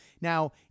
Now